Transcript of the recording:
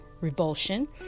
revulsion